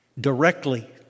directly